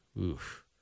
Oof